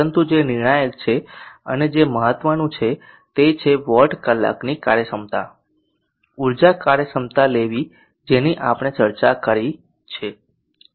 પરંતુ જે નિર્ણાયક છે અને જે મહત્વનું છે તે છે વોટ કલાકની કાર્યક્ષમતા ઉર્જા કાર્યક્ષમતા લેવી જેની આપણે ચર્ચા કરી છે